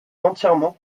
entièrement